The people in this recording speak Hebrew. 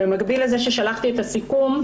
במקביל למשלוח הסיכום,